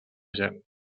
gent